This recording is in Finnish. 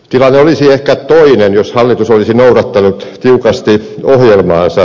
tilanne olisi ehkä toinen jos hallitus olisi noudattanut tiukasti ohjelmaansa